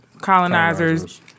Colonizers